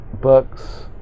books